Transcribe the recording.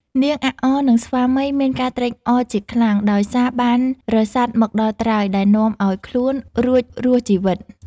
នាងអាក់អរ និង ស្វាមី មានការត្រេកអរជាខ្លាំងដោយសារបានរសាត់មកដល់ត្រើយ ដែលនាំឲ្យខ្លួនរួចរស់ជីវិត។